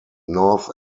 north